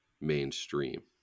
mainstream